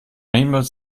niemals